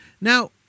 Now